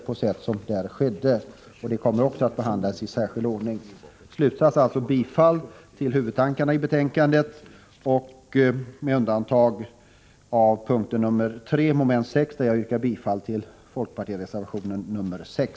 Men också den här frågan kommer att behandlas i särskild ordning. Jag yrkar alltså bifall till huvudpunkterna i hemställan i betänkandet, med undantag för punkt 3 mom. 6, där jag yrkar bifall till folkpartireservationen 6.